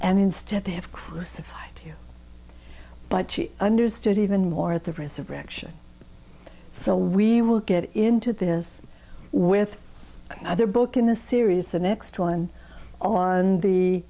and instead they have crucified you but she understood even more at the resurrection so we will get into this with another book in the series the next one on the